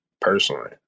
personally